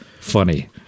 funny